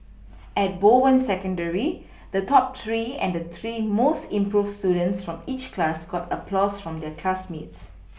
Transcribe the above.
at Bowen secondary the top three and the three most improved students from each class got applause from their classmates